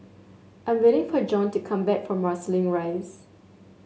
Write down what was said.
I am waiting for Jon to come back from Marsiling Rise